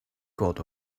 god